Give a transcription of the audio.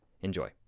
Enjoy